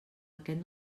aquest